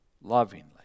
lovingly